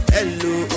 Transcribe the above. Hello